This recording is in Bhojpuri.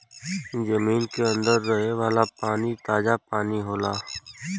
जमीन के अंदर रहे वाला पानी ताजा पानी होला